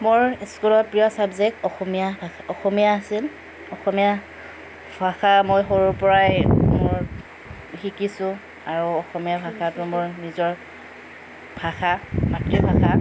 মোৰ স্কুলত প্ৰিয় চাবজেক্ট অসমীয়া ভা অসমীয়া আছিল অসমীয়া ভাষা মই সৰুৰ পৰাই মোৰ শিকিছোঁ আৰু অসমীয়া ভাষাটো মোৰ নিজৰ ভাষা মাতৃভাষা